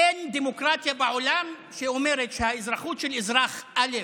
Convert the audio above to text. אין דמוקרטיה בעולם שאומרת שהאזרחות של אזרח א'